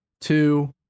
Two